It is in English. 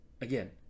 again